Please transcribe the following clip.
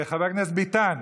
חבר הכנסת ביטן,